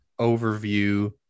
overview